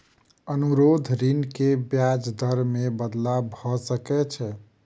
अनुरोध ऋण के ब्याज दर मे बदलाव भ सकै छै